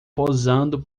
posando